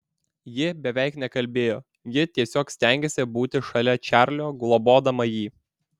ji beveik nekalbėjo ji tiesiog stengėsi būti šalia čarlio globodama jį